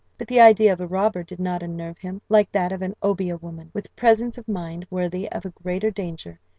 but the idea of a robber did not unnerve him like that of an obeah woman. with presence of mind worthy of a greater danger,